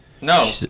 No